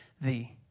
thee